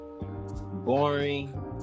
boring